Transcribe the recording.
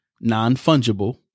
non-fungible